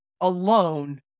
alone